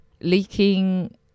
leaking